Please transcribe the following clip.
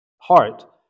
heart